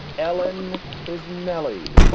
ellen is nelly.